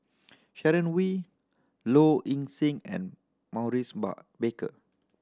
Sharon Wee Low Ing Sing and Maurice bar Baker